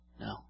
No